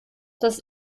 das